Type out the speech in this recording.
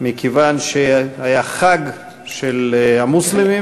מכיוון שהיה חג של המוסלמים,